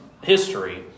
history